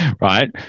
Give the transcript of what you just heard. right